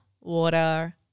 water